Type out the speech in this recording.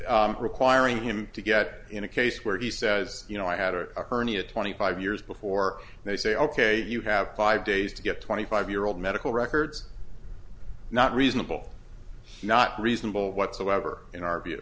example requiring him to get in a case where he says you know i had a hernia twenty five years before they say ok you have five days to get twenty five year old medical records not reasonable he's not reasonable whatsoever in our view